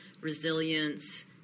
resilience